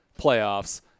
playoffs